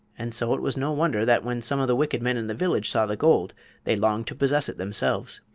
and so it was no wonder that when some of the wicked men in the village saw the gold they longed to possess it themselves.